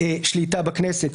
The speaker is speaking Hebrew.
שליטה בכנסת.